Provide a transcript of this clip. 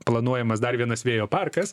planuojamas dar vienas vėjo parkas